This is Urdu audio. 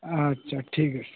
اچھا ٹھیک ہے